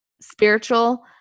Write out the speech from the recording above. spiritual